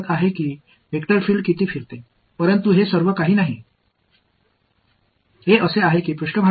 எனவே இது ஒரு வெக்டர் ஃபீல்டு எவ்வளவு சுழல்கிறது என்று நமக்கு சொல்கிறது ஆனால் முழுவதும் சொல்வதில்லை